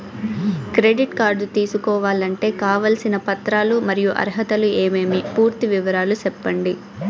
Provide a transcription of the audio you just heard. Credit card తీసుకోవాలంటే కావాల్సిన పత్రాలు మరియు అర్హతలు ఏమేమి పూర్తి వివరాలు సెప్పండి?